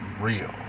Real